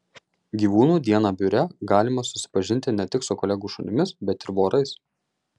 gyvūnų dieną biure galima susipažinti ne tik su kolegų šunimis bet ir vorais